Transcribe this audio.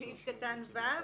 סעיף קטן (ו):